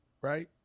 right